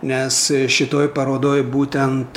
nes šitoj parodoj būtent